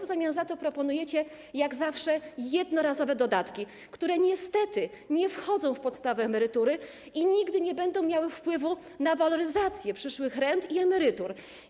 W zamian za to proponujecie jak zawsze jednorazowe dodatki, które niestety nie wchodzą w podstawę emerytury i nigdy nie będą miały wpływu na waloryzację przyszłych rent i emerytur.